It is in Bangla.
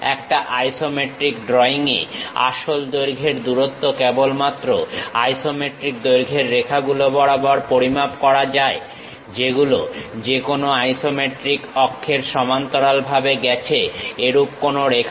একটা আইসোমেট্রিক ড্রইং এ আসল দৈর্ঘ্যের দূরত্ব কেবলমাত্র আইসোমেট্রিক দৈর্ঘ্যের রেখাগুলো বরাবর পরিমাপ করা যায় যেগুলো যেকোনো আইসোমেট্রিক অক্ষের সমান্তরাল ভাবে গেছে এরূপ কোনো রেখা